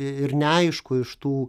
ir neaišku iš tų